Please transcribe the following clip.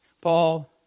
Paul